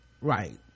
Right